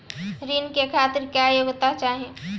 ऋण के खातिर क्या योग्यता चाहीं?